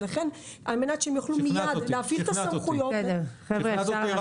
ולכן על מנת שהם יוכלו להפעיל את הסמכויות האלה --- שכנעת אותי.